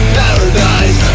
paradise